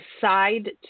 decide